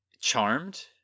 charmed